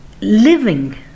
living